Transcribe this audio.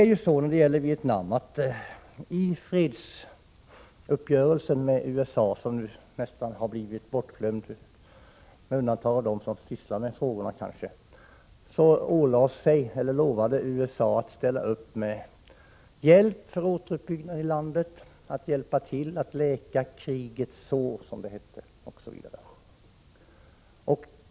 I fredsuppgörelsen mellan Vietnam och USA, som nu nästan har blivit bortglömd — utom av dem som sysslar med frågorna, kanske lovade USA att ställa upp med hjälp för återuppbyggnad i landet, att hjälpa till att läka krigets sår, som det hette.